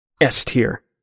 S-tier